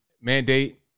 mandate